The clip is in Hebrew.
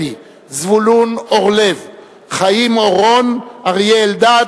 בעד, אין מתנגדים,